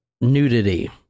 nudity